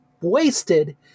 wasted